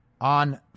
On